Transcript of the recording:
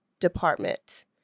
department